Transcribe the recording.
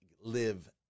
Live